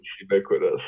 ubiquitous